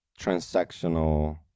transactional